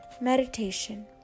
Meditation